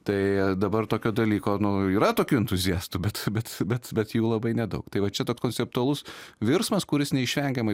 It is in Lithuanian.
tai dabar tokio dalyko nu yra tokių entuziastų bet bet bet bet jų labai nedaug tai va čia toks konceptualus virsmas kuris neišvengiamai